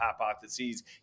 hypotheses